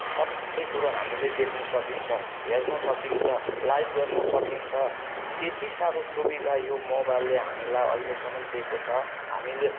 सबै कुरो हामीले देख्न सकिन्छ हेर्नु सकिन्छ लाइभ गर्नु सकिन्छ यति साह्रो सुविधा यो मोबाइलले हामीलाई अहिलेसम्म दिएको छ हामीले